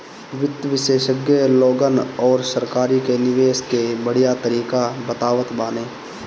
वित्त विशेषज्ञ लोगन अउरी सरकार के निवेश कअ बढ़िया तरीका बतावत बाने